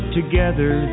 together